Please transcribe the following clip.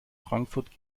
frankfurt